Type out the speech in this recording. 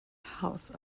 house